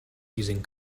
using